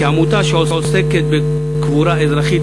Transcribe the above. כעמותה שעוסקת בקבורה אזרחית,